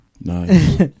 Nice